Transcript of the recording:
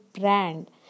brand